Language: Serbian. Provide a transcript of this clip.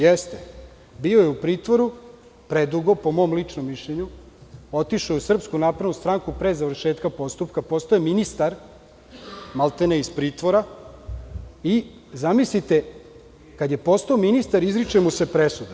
Jeste, bio je u pritvoru predugo, po mom ličnom mišljenju, otišao je u SNS pre završetka postupka, postao je ministar maltene iz pritvora i zamislite kada je postao ministar izriče mu se presuda.